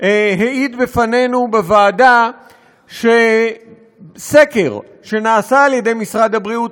העיד בפנינו בוועדה שסקר שנעשה על-ידי משרד הבריאות